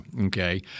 okay